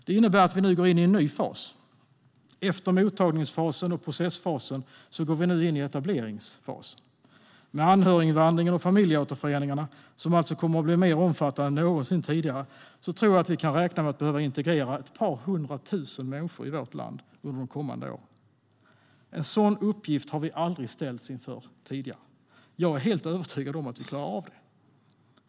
Det innebär att vi nu går in i en ny fas. Efter mottagningsfasen och processfasen går vi nu in i etableringsfasen. Med anhöriginvandringen och familjeåterföreningarna, som alltså kommer att bli mer omfattande än någonsin tidigare, tror jag att vi kan räkna med att behöva integrera ett par hundra tusen människor i vårt land under de kommande åren. En sådan uppgift har vi aldrig tidigare ställts inför. Jag är helt övertygad om att vi klarar av det.